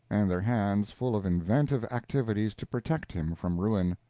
and their hands full of inventive activities to protect him from ruin.